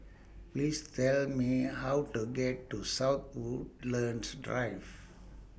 Please Tell Me How to get to South Woodlands Drive